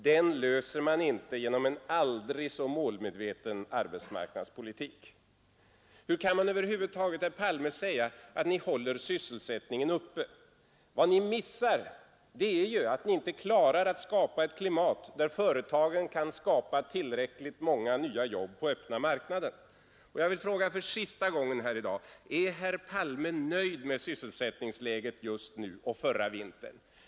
Den löser man inte genom en aldrig så målmedveten arbetsmarknadspolitik.” Hur kan ni över huvud taget, herr Palme, säga att ni håller sysselsättningen uppe? Vad ni inte klarar är ju att skapa ett klimat, där företagen kan ge tillräckligt många nya jobb på öppna marknaden. Jag vill fråga för sista gången här i dag: Är herr Palme nöjd med sysselsättningsläget nu och förra vintern?